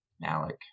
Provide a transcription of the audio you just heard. Malik